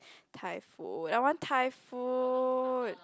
Thai food I want Thai food